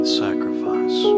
sacrifice